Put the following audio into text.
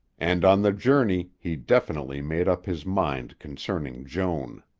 and on the journey he definitely made up his mind concerning joan.